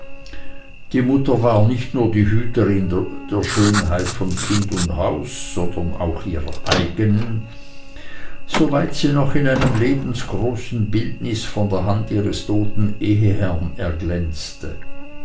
die mutter war nicht nur die hüterin der schönheit von kind und haus sondern auch ihrer eigenen soweit sie noch in einem lebensgroßen bildnisse von der hand ihres toten eheherren erglänzte